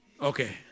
Okay